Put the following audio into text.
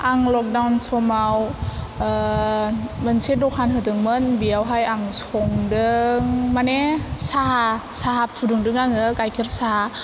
आं लखदाउन समाव मोनसे दखान होदोंमोन बियावहाय आं संदों माने साहा फुदुंदों आङो गाइखेर साहा